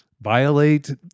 violate